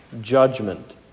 judgment